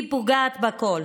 היא פוגעת בכול: